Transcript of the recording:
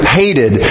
hated